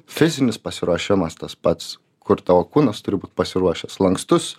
fizinis pasiruošimas tas pats kur tavo kūnas turi būt pasiruošęs lankstus